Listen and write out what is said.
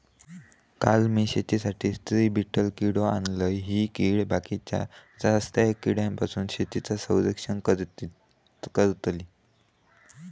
काल मी शेतीसाठी स्त्री बीटल किडो आणलय, ही कीड बाकीच्या त्रासदायक किड्यांपासून शेतीचा रक्षण करतली